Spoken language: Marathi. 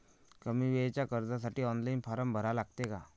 कमी वेळेच्या कर्जासाठी ऑनलाईन फारम भरा लागते का?